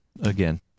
again